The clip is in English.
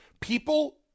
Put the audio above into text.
People